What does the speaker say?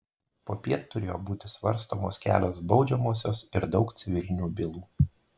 popiet turėjo būti svarstomos kelios baudžiamosios ir daug civilinių bylų